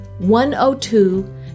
102